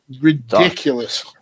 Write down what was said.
Ridiculous